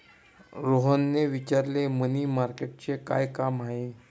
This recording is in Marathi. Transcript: रोहनने विचारले, मनी मार्केटचे काय काम आहे?